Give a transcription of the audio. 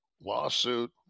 Lawsuit